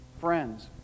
friends